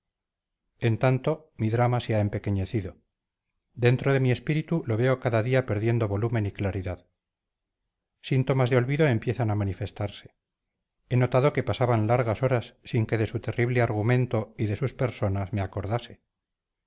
en tanto mi drama se ha empequeñecido dentro de mi espíritu lo veo cada día perdiendo volumen y claridad síntomas de olvido empiezan a manifestarse he notado que pasaban largas horas sin que de su terrible argumento y de sus personas me acordase